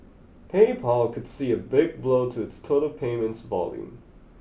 PayPal could see a big blow to its total payments volume